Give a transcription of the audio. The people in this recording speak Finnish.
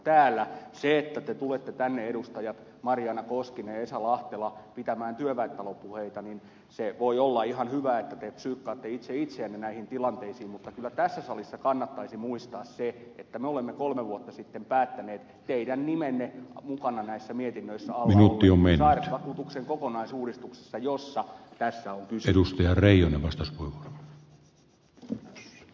kun te tulette tänne edustajat marjaana koskinen esa lahtela pitämään työväentalopuheita voi olla ihan hyvä että te psyykkaatte itse itseänne näihin tilanteisiin mutta kyllä tässä salissa kannattaisi muistaa se että me olemme kolme vuotta sitten päättäneet teidän nimenne näissä mietinnöissä alla mukana ollen sairausvakuutuksen kokonaisuudistuksesta josta tässä on kyse